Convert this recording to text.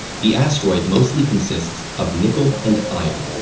the asteroid mostly consists of nickel and iron,